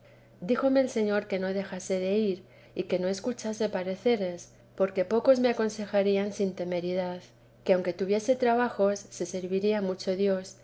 díjome el señor que no dejase de ir y que no escuchase pareceres porque pocos me aconsejarían sin temeridad que aunque tuviese trabajos se serviría mucho dios